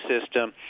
system